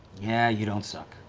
yeah, you don't suck.